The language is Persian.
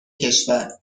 کشور